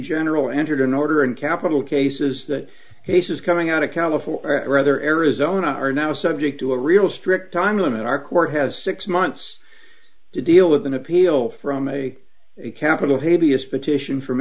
general entered an order in capital cases that cases coming out of california rather arizona are now subject to a real strict time limit our court has six months to deal with an appeal from a capital hideous petition from